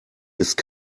ist